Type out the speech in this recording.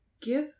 give